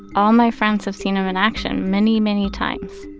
all my friends have seen him in action, many many times.